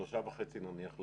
מ-3.5 נניח ל-4.5?